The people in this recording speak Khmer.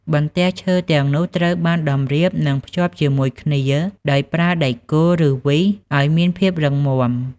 បន្ទះឈើទាំងនោះត្រូវបានតម្រៀបនិងភ្ជាប់ជាមួយគ្នាដោយប្រើ ដែកគោល ឬ វីស ឲ្យមានភាពរឹងមាំ។